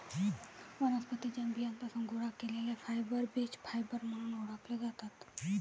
वनस्पतीं च्या बियांपासून गोळा केलेले फायबर बीज फायबर म्हणून ओळखले जातात